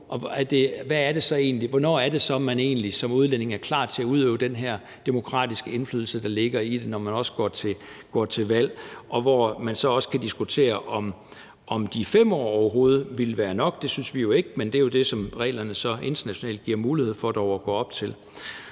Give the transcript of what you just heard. hvornår det så er, man egentlig som udlænding er klar til at udøve den her demokratiske indflydelse, der ligger i det, når man går til valg, og hvor man så også kan diskutere, om de 5 år overhovedet ville være nok. Det synes vi ikke, men det er jo det, som reglerne internationalt giver mulighed for dog at gå op til.